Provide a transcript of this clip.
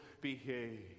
behave